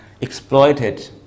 exploited